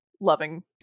loving